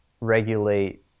regulate